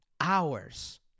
hours